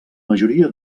majoria